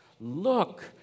Look